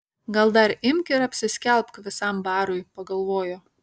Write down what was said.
gal dar imk ir apsiskelbk visam barui pagalvojo